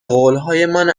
قولهایمان